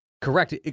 Correct